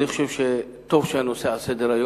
אני חושב שטוב שהנושא על סדר-היום,